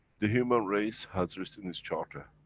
the human race has written its charter,